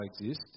exist